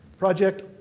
project.